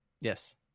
Yes